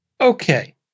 Okay